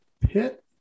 pit